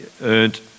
earned